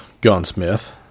gunsmith